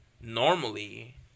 normally